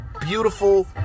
beautiful